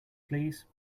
please